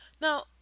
Now